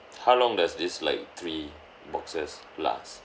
how long does this like three boxes last